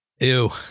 Ew